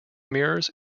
mirrors